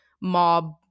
mob